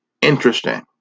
interesting